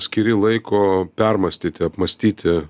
skiri laiko permąstyti apmąstyti